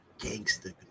Gangster